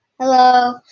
Hello